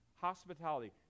Hospitality